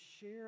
share